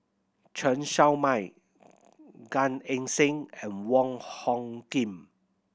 Chen Show Mao Gan Eng Seng and Wong Hung Khim